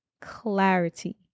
clarity